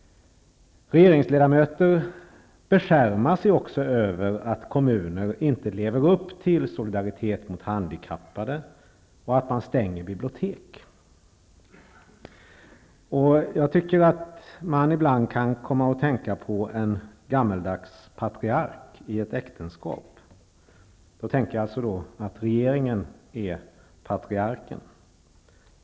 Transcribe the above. Regeringsledamöter beskärmar sig också över att kommuner inte lever upp till solidaritet mot handikappade och att man stänger bibliotek. Jag tycker att man ibland kan komma att tänka på en gammaldags patriark i ett äktenskap. Jag föreställer mig då att regeringen är patriarken.